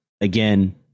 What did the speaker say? again